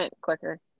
quicker